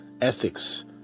ethics